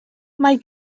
mae